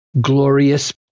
glorious